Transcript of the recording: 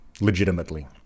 legitimately